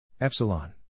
Epsilon